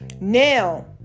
Now